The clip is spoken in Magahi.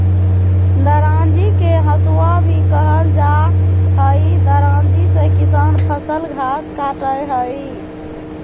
दरांती के हसुआ भी कहल जा हई, दरांती से किसान फसल, घास काटय हई